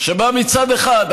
מצד אחד,